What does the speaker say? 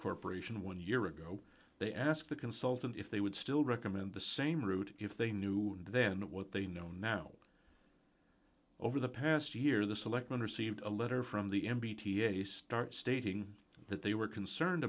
corp one year ago they asked the consultant if they would still recommend the same route if they knew then what they know now over the past year the selectmen are seeing a letter from the m b t a start stating that they were concerned